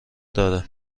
داره